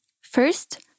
First